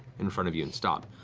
in front of you and stop.